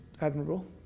admirable